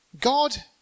God